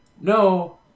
no